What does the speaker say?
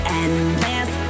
endless